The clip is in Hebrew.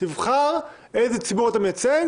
תבחר איזה ציבור אתה מייצג,